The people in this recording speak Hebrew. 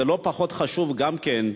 זה לא פחות חשוב גם כן,